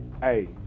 hey